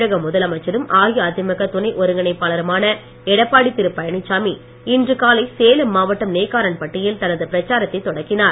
தமிழக முதலமைச்சரும் அஇஅதிமுக துணை ஒருங்கிணைப்பாளருமான எடப்பாடி திரு பழனிசாமி இன்று காலை சேலம் மாவட்டம் நெய்க்காரன்பட்டியில் தனது பிரச்சாரத்தை தொடங்கினார்